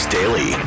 Daily